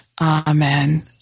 Amen